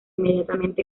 inmediatamente